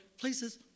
places